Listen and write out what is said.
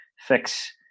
fix